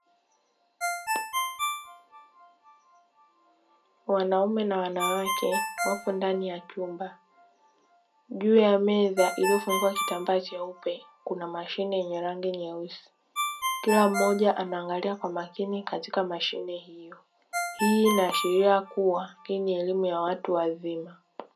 Wanaume na wanawake wapo ndani ya chumba juu ya meza iliyofunikwa kitambaa cheupe kuna mashine yenye rangi nyeusi kila mmoja anaangalia kwa makini katika mashine hiyo, hii inaashiria kuwa hii ni elimu ya watu wazima.